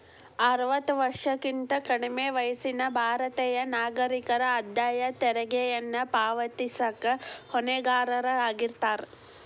ಅರವತ್ತ ವರ್ಷಕ್ಕಿಂತ ಕಡ್ಮಿ ವಯಸ್ಸಿನ ಭಾರತೇಯ ನಾಗರಿಕರ ಆದಾಯ ತೆರಿಗೆಯನ್ನ ಪಾವತಿಸಕ ಹೊಣೆಗಾರರಾಗಿರ್ತಾರ